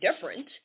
different